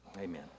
Amen